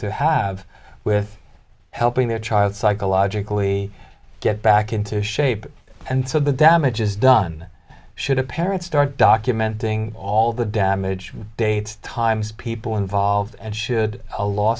to have with helping their child psychologically get back into shape and so the damage is done should a parent start documenting all the damage dates times people involved and should a